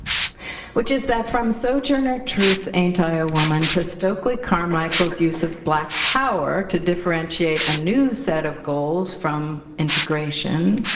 which is that from sojourner truth's ain't i a woman, to stokely carmichael's use of black power to differentiate a new set of goals from integration,